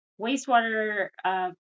wastewater